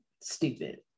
stupid